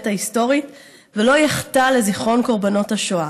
ההיסטורית ולא יחטא לזיכרון קורבנות השואה,